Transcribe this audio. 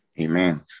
Amen